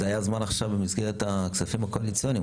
זה היה נכון במסגרת ההסכמים הקואליציוניים,